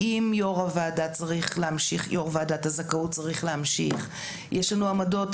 אם יו"ר ועדת הזכאות צריך להמשיך יש לנו עמדות